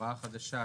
ההוראה החדשה,